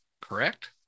correct